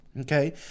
Okay